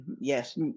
yes